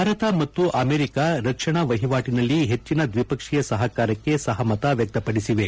ಭಾರತ ಮತ್ತು ಅಮೆರಿಕ ರಕ್ಷಣಾ ವಹಿವಾಟಿನಲ್ಲಿ ಹೆಚ್ಚಿನ ದ್ವಿಪಕ್ಷೀಯ ಸಹಕಾರಕ್ಕೆ ಸಹಮತ ವ್ಯಕ್ತಪಡಿಸಿವೆ